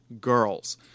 girls